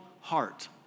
heart